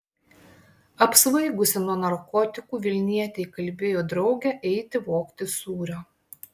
apsvaigusi nuo narkotikų vilnietė įkalbėjo draugę eiti vogti sūrio